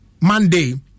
Monday